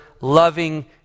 loving